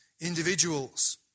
individuals